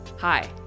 Hi